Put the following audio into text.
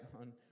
on